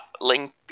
link